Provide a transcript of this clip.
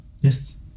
Yes